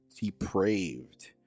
depraved